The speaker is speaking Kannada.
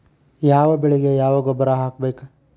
ಯಾವ ಬೆಳಿಗೆ ಯಾವ ಗೊಬ್ಬರ ಹಾಕ್ಬೇಕ್?